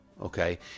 okay